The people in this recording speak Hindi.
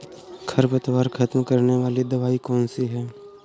खरपतवार खत्म करने वाली दवाई कौन सी है?